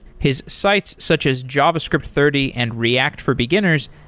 his sites, such as javascript thirty and react for beginners,